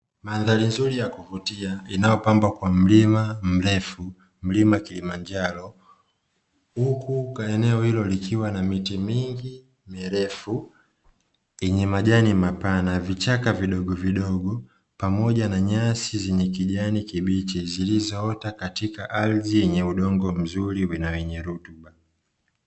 Mandhari nzuri ya kuvutia inayopambwa kwa mlima mrefu, mlima Kilimanjaro huku kaeneo hilo likiwa na miti mingi mirefu yenye majani mapana, vichaka vidogo vidogo pamoja na nyasi zenye kijani kibichi zilizoota katika ardhi yenye udongo mzuri na wenye rutuba.